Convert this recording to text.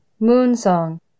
Moonsong